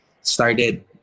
started